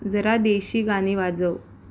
जरा देशी गाणी वाजव